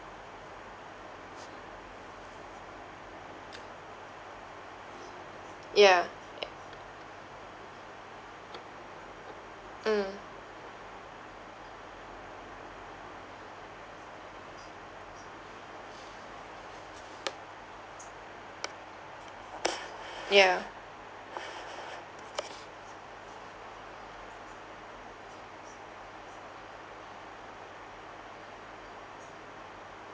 yeah mm yeah